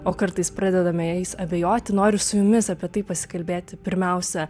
o kartais pradedame jais abejoti noriu su jumis apie tai pasikalbėti pirmiausia